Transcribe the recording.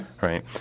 Right